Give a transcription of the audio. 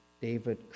David